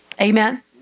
Amen